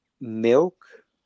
milk